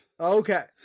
Okay